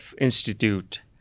Institute